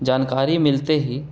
جانکاری ملتے ہی